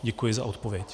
Děkuji za odpověď.